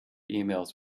emails